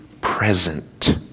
present